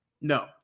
No